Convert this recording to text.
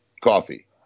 coffee